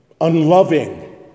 unloving